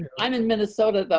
i'm in minnesota, though,